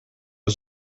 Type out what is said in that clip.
was